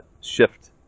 shift